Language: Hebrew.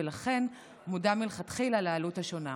ולכן הוא מודע מלכתחילה לעלות השונה.